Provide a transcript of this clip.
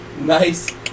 Nice